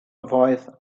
voice